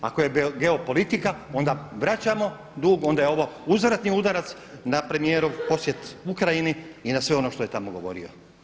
Ako je geopolitika onda vraćamo dug onda je ovo uzvratni udarac na premijerov posjet Ukrajini i na sve ono što je tamo govorio.